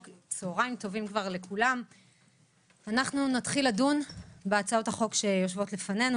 אנחנו נתחיל לדון בהצעות החוק שיושבות לפנינו